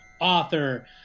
author